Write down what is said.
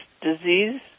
disease